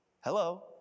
Hello